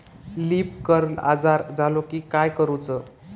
Leaf curl आजार झालो की काय करूच?